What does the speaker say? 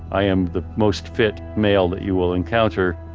i am the most fit male that you will encounter.